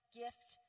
gift